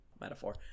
metaphor